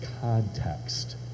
context